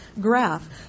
graph